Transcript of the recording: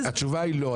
התשובה היא לא.